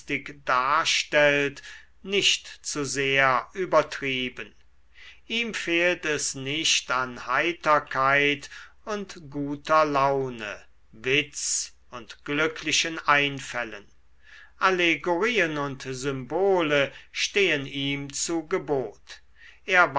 darstellt nicht zu sehr übertrieben ihm fehlt es nicht an heiterkeit und guter laune witz und glücklichen einfällen allegorien und symbole stehen ihm zu gebot